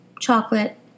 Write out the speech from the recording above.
Chocolate